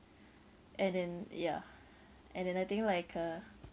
and then ya and then I think like uh